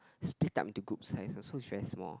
split up into group sizes so is very small